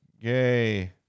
Yay